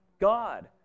God